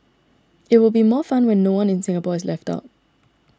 it will be more fun when no one in Singapore is left out